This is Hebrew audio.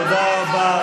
תודה רבה.